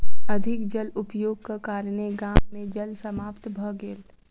अधिक जल उपयोगक कारणेँ गाम मे जल समाप्त भ गेल